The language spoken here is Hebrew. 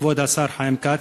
כבוד השר חיים כץ,